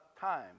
time